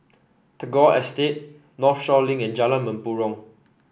Tagore Estate Northshore Link and Jalan Mempurong